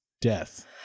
death